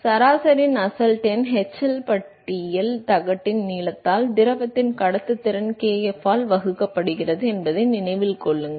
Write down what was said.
எனவே சராசரி நஸ்ஸெல்ட் எண் hL பட்டியில் தகட்டின் நீளத்தில் திரவத்தின் கடத்துத்திறன் kf ஆல் வகுக்கப்படுகிறது என்பதை நினைவில் கொள்ளவும்